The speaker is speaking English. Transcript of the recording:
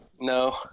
No